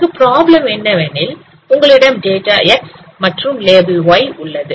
இங்கு ப்ராப்ளம் என்னவெனில் உங்களிடம் டேட்டா x மற்றும் லேபிள் y உள்ளது